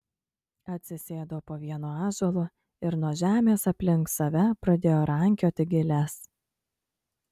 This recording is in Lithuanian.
atsisėdo po vienu ąžuolu ir nuo žemės aplink save pradėjo rankioti giles